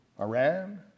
Iran